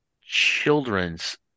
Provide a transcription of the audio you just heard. children's